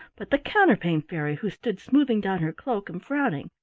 but the counterpane fairy, who stood smoothing down her cloak and frowning.